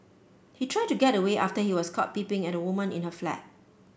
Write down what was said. he tried to get away after he was caught peeping at a woman in her flat